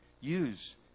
use